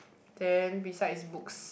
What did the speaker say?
then beside is books